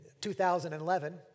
2011